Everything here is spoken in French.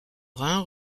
rhin